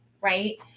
right